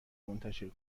منتشر